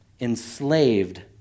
enslaved